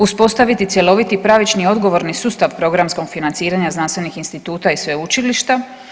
Uspostaviti cjeloviti pravični odgovorni sustav programskog financiranja znanstvenih instituta i sveučilišta.